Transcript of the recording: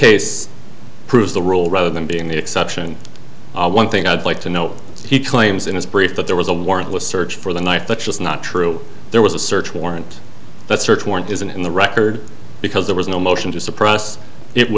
case proves the rule rather than being the exception one thing i'd like to know he claims in his brief that there was a warrantless search for the knife that's just not true there was a search warrant that search warrant isn't in the record because there was no motion to suppress it